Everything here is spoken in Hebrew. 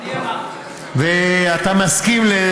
ואתה מסכים.